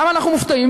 למה אנחנו מופתעים?